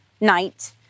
night